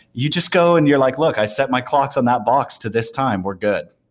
you just go in you're like, look. i set my clocks on that box to this time. we're good.